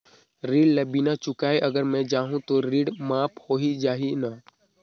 ऋण ला बिना चुकाय अगर मै जाहूं तो ऋण माफ हो जाही न?